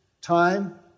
time